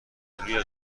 روی